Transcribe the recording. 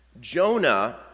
Jonah